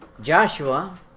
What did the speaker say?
Joshua